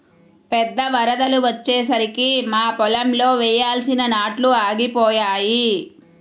పెద్ద వరదలు వచ్చేసరికి మా పొలంలో వేయాల్సిన నాట్లు ఆగిపోయాయి